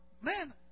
man